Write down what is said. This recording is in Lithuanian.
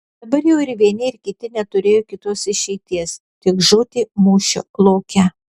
dabar jau ir vieni ir kiti neturėjo kitos išeities tik žūti mūšio lauke